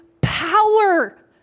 power